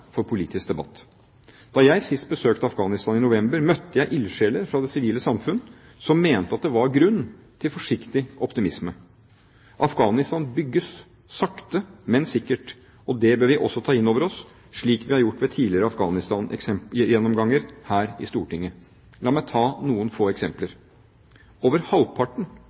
for politisk debatt. Da jeg sist besøkte Afghanistan i november, møtte jeg ildsjeler fra det sivile samfunn som mente at det var grunn til forsiktig optimisme. Afghanistan bygges, sakte, men sikkert, og det bør vi også ta inn over oss, slik vi har gjort ved tidligere Afghanistan-gjennomganger her i Stortinget. La meg ta noen flere eksempler: Over